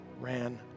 ran